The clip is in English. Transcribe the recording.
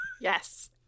Yes